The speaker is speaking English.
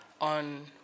on